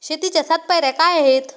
शेतीच्या सात पायऱ्या काय आहेत?